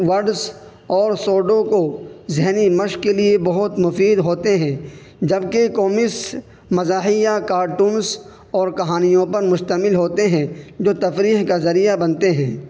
words اور sudoku ذہنی مشق کے لیے بہت مفید ہوتے ہیں جبکہ کومس مزاحیہ کارٹونس اور کہانیوں پر مشتمل ہوتے ہیں جو تفریح کا ذریعہ بنتے ہیں